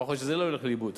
לפחות שזה לא ילך לאיבוד.